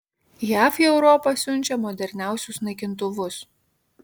jav į europą siunčia moderniausius naikintuvus